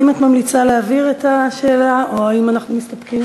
האם את ממליצה להעביר את השאלה או שאנחנו מסתפקים?